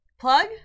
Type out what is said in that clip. Plug